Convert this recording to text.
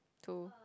two